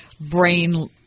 brain